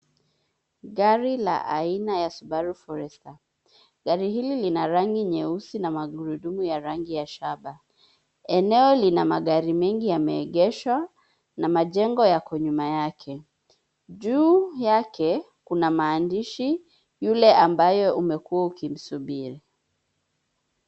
Gari la aina ya Subaru Forester; gari hili lina rangi nyeusi na magurudumu ya rangi ya shaba. Eneo lina magari mengi yameegeshwa na majengo yako nyuma yake. Juu yake kuna maandishi YULE AMBAYE UMEKUWA UKIMSUBIRI.